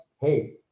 Hey